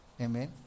Amen